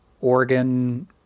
organ